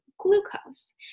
glucose